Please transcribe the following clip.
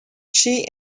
she